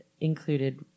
included